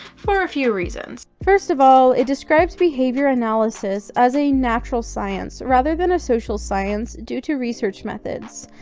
for a few reasons. first of all, it describes behavior analysis as a natural science rather than a social science due to research methods.